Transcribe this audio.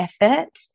effort